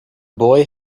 boy